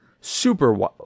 super